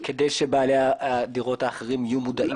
כדי שבעלי הדירות האחרים יהיו מודעים.